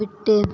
விட்டு